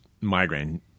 migraine